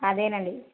అదేనండి